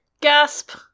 Gasp